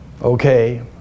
Okay